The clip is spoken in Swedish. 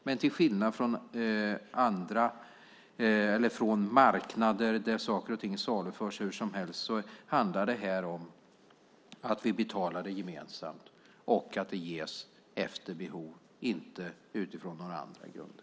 Men till skillnad från marknader där saker och ting saluförs hur som helst handlar det här om att vi betalar vården gemensamt och att den ges efter behov, inte utifrån några andra grunder.